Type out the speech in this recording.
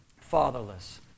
fatherless